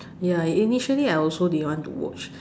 ya initially I also didn't want to watch